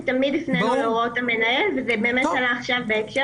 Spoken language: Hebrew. תמיד הפנינו להוראות המנהל וזה הלך שם בהקשר